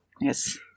Yes